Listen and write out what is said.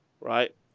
right